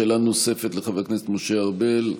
שאלה נוספת לחבר הכנסת משה ארבל,